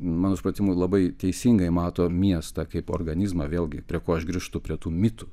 mano supratimu labai teisingai mato miestą kaip organizmą vėlgi prie ko aš grįžtu prie tų mitų